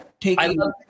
taking